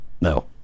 No